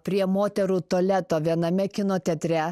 prie moterų tualeto viename kino teatre